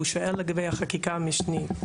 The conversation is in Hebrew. הוא שואל לגבי החקיקה המשנית,